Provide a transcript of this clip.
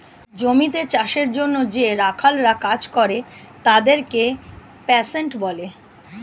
জমিতে চাষের জন্যে যে রাখালরা কাজ করে তাদেরকে পেস্যান্ট বলে